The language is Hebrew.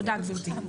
תודה, גברתי.